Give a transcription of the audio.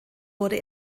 wurde